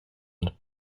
and